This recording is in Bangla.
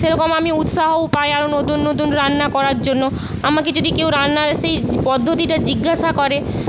সেরকম আমি উৎসাহও পাই আরও নতুন নতুন রান্না করার জন্য আমাকে যদি কেউ রান্নার সেই পদ্ধতিটা জিজ্ঞাসা করে